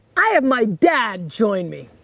i have my dad join me.